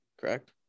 Correct